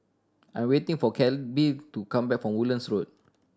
I'm waiting for Kelby to come back from Woodlands Road